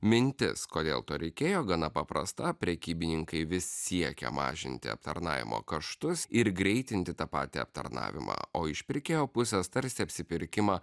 mintis kodėl to reikėjo gana paprasta prekybininkai vis siekia mažinti aptarnavimo kaštus ir greitinti tą patį aptarnavimą o iš pirkėjo pusės tarsi apsipirkimą